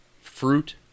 Fruit